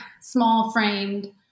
small-framed